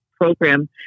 program